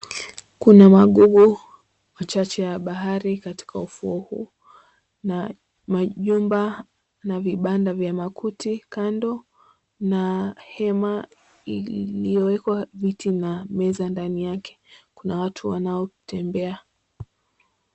Kuna magugu machache ya bahari katika ufuo wa bahari na majumba na vibanda vya makuti kando na hema iliyowekwa viti na meza ndani yake, kuna watu wanaotembea.